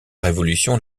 révolution